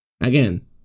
Again